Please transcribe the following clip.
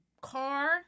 car